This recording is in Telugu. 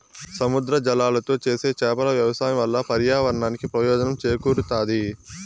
సముద్ర జలాలతో చేసే చేపల వ్యవసాయం వల్ల పర్యావరణానికి ప్రయోజనం చేకూరుతాది